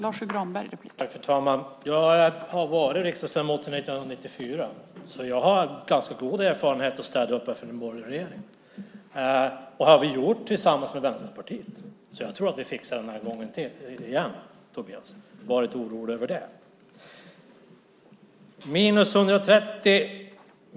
Fru talman! Jag har varit riksdagsledamot sedan 1994 och har därför ganska god erfarenhet av att städa upp efter en borgerlig regering. Då gjorde vi det tillsammans med Vänsterpartiet, och jag tror att vi fixar det den här gången också. Var inte orolig för det, Tobias Krantz!